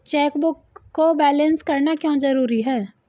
Chequebook को balance करना क्यों जरूरी है?